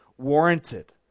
warranted